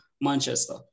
Manchester